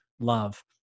love